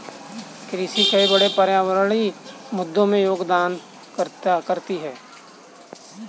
कृषि कई बड़े पर्यावरणीय मुद्दों में योगदान करती है